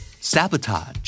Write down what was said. Sabotage